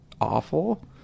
awful